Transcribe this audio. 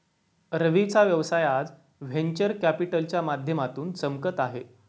रवीचा व्यवसाय आज व्हेंचर कॅपिटलच्या माध्यमातून चमकत आहे